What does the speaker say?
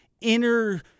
inner